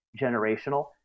generational